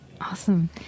awesome